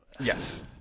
Yes